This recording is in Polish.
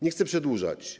Nie chcę przedłużać.